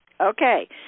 Okay